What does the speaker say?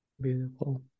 Beautiful